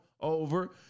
Over